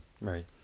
Right